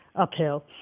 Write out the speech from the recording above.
uphill